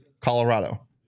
Colorado